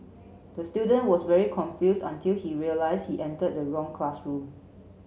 the student was very confused until he realise he entered the wrong classroom